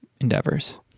endeavors